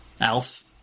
Alf